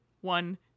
one